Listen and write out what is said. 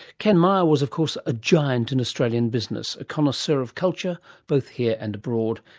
ken myer was of course a giant in australian business, a connoisseur of culture both here and abroad,